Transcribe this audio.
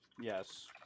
Yes